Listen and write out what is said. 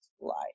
life